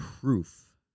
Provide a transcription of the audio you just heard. proof